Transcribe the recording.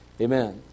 Amen